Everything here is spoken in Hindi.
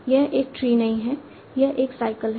यह एक ट्री नहीं है यह एक साइकल है